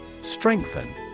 Strengthen